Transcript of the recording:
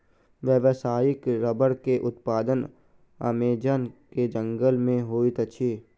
व्यावसायिक रबड़ के उत्पादन अमेज़न के जंगल में होइत अछि